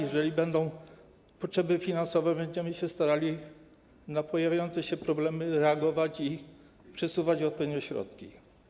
Jeżeli będą potrzeby finansowe, będziemy się starali na pojawiające się problemy reagować i przesuwać odpowiednio środki.